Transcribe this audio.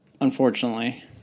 unfortunately